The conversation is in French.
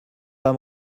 pas